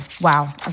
wow